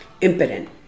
impotent